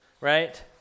right